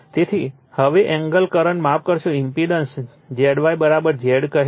તેથી હવે angle current માફ કરશો ઈમ્પેડન્સ Zy Z કહે છે